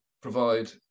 provide